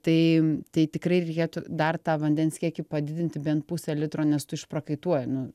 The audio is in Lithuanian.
tai tai tikrai reikėtų dar tą vandens kiekį padidinti bent puse litro nes tu išprakaituoji nu